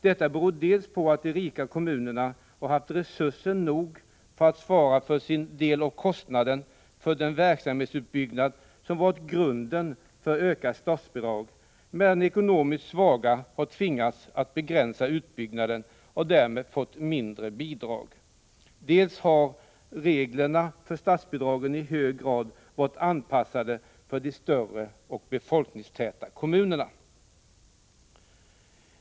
Detta beror dels på att de rika kommunerna har haft resurser nog för att svara för sin del av kostnaden för den verksamhetsutbyggnad som varit grunden för ökat statsbidrag, medan de ekonomiskt svaga har tvingats begränsa utbyggnaden och därmed fått mindre bidrag, dels på att reglerna för statsbidrag i hög grad har varit anpassade för de större och befolkningstäta kommunerna.